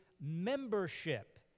membership